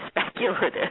speculative